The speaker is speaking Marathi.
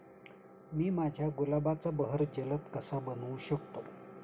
मी माझ्या गुलाबाचा बहर जलद कसा बनवू शकतो?